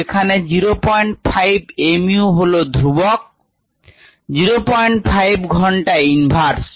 যেখানে05 mu হল ধ্রুবক 05 ঘন্টা inverse